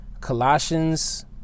Colossians